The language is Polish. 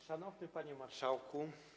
Szanowny Panie Marszałku!